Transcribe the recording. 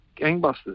gangbusters